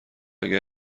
اگه